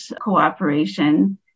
cooperation